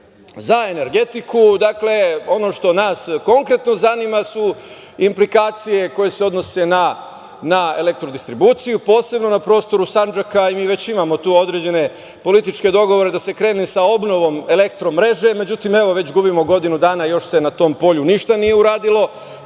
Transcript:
za energetiku, ono što nas konkretno zanima su implikacije koje se odnose na Elektrodistribuciju, posebno na prostoru Sandžaka. Mi već imamo tu određene političke dogovore da se krene sa obnovom elektromreže. Međutim, evo već gubimo godinu dana, još se na tom polju ništa nije uradilo.